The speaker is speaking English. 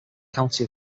county